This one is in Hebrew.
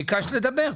ביקשת לדבר.